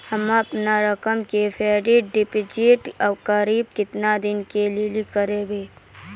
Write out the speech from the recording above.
हम्मे अपन रकम के फिक्स्ड डिपोजिट करबऽ केतना दिन के लिए करबऽ?